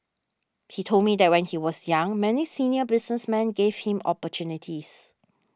he told me that when he was young many senior businessmen gave him opportunities